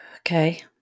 Okay